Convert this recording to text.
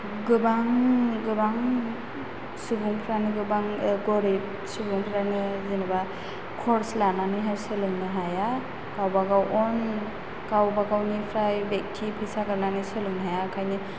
गोबां गोबां सुबुंफोरानो गोबां गरिब सुबुंफोरानो जेनोबा खर्स लानानै हाय सोलोंनो हाया गावबागाव अन गावबागावनिफ्राय बेखथि फैसा गारनो हाया एखायनो